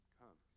come